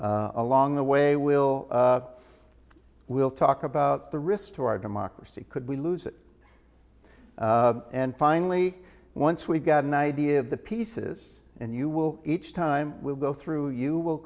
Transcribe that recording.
fixed along the way will we'll talk about the risks to our democracy could we lose it and finally once we've got an idea of the pieces and you will each time we'll go through you will